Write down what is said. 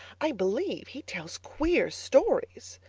i believe he tells queer stories.